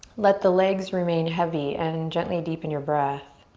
let the legs remain heavy and and gently deepen your breath.